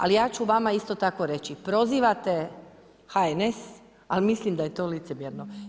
Ali ja ću vama isto tako reći prozivate HNS, ali mislim da je to licemjerno.